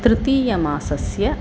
तृतीयमासस्य